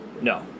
No